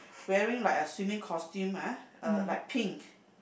wearing like a swimming costume ah uh like pink